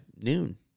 noon